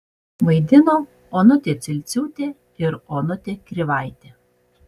vaidino onutė cilciūtė ir onutė krivaitė